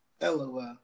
LOL